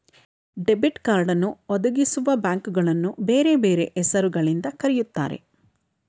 debit ಕಾರ್ಡನ್ನು ಒದಗಿಸುವಬ್ಯಾಂಕ್ಗಳನ್ನು ಬೇರೆ ಬೇರೆ ಹೆಸರು ಗಳಿಂದ ಕರೆಯುತ್ತಾರೆ